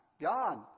God